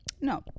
No